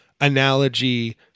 analogy